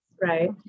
right